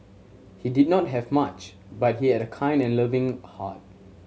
he did not have much but he had a kind and loving heart